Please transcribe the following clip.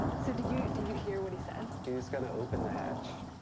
so, did you did you hear what he said? he was going to open the hatch.